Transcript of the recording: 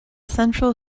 central